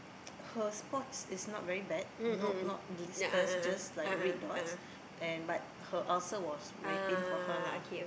her spots is not very bad no not not blisters just like red dots and but her ulcer was very pain for her lah